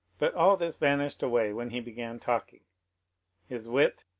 but all this vanished away when he began talking his wit,